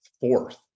fourth